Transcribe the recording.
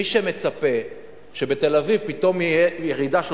מי שמצפה שבתל-אביב פתאום תהיה ירידה של